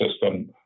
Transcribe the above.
system